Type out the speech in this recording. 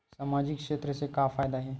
सामजिक क्षेत्र से का फ़ायदा हे?